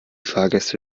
fahrgäste